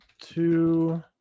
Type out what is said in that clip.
two